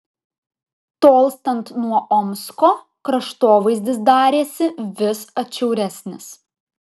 tolstant nuo omsko kraštovaizdis darėsi vis atšiauresnis